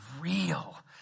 real